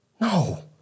No